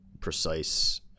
Precise